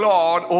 Lord